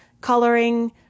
coloring